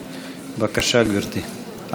אחריה, חבר הכנסת יאיר לפיד.